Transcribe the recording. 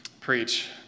preach